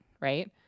Right